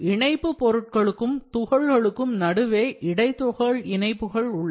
இணைப்பு பொருட்களுக்கும் துகள்களுக்கும் நடுவே இடைதுகள் இணைப்புகள் உள்ளன